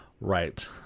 right